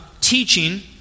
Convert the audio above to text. teaching